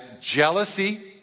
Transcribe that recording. jealousy